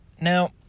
Now